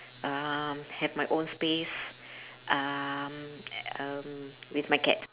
um have my own space um um with my cat